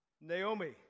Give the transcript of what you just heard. Naomi